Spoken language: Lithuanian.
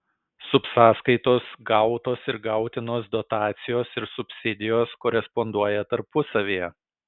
subsąskaitos gautos ir gautinos dotacijos ir subsidijos koresponduoja tarpusavyje